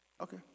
Okay